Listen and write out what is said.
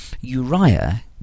Uriah